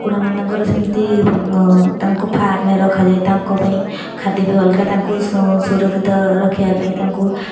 କୁକୁଡ଼ାମାନଙ୍କର ସେମିତି ତାଙ୍କୁ ଫାର୍ମରେ ରଖାଯାଏ ତାଙ୍କ ପାଇଁ ଖାଦ୍ୟପେୟ ଅଲଗା ତାଙ୍କୁ ସୁରକ୍ଷିତ ରଖିବା ପାଇଁ ତାଙ୍କୁ